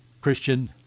Christian